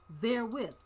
therewith